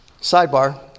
Sidebar